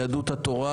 יהדות התורה